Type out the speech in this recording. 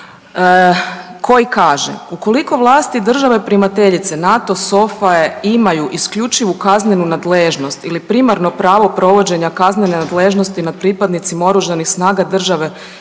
koji kaže, ukoliko vlasti države primateljice NATO SOFA-e imaju isključivu kaznenu nadležnost ili primarno pravo provođenja kaznene nadležnosti nad pripadnicima OS-a države